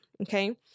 okay